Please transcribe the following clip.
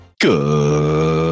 Good